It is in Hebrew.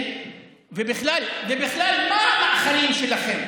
ובכלל, מה המאכלים שלכם?